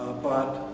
but